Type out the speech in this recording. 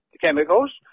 chemicals